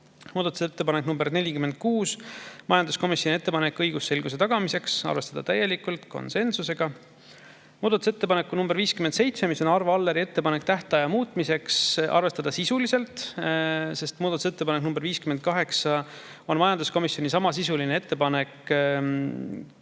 Muudatusettepanek nr 46, majanduskomisjoni ettepanek õigusselguse tagamiseks – arvestada täielikult, konsensusega. Muudatusettepanek nr 57, mis on Arvo Alleri ettepanek tähtaja muutmiseks – arvestada sisuliselt, sest muudatusettepanek nr 58, majanduskomisjoni samasisuline ettepanek,